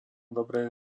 dobré